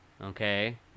okay